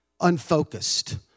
unfocused